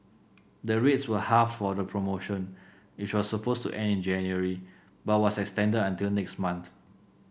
the rates were halved for the promotion which was supposed to end in January but was extended until next month